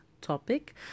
topic